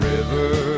River